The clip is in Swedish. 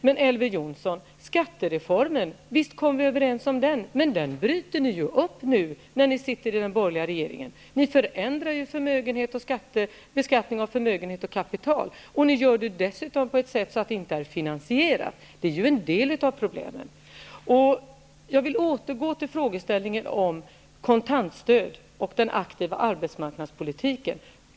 Visst kom vi överens om skattereformen, Elver Jonsson, men den bryter ni ju upp nu när ni sitter med i den borgerliga regeringen. Ni förändrar beskattningen av förmögenhet och kapital, och ni gör det på ett sätt som inte är finansierat. Jag vill återvända till frågan om kontantstödet och den aktiva arbetsmarknadspolitiken.